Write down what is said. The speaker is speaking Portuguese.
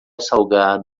salgado